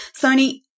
sony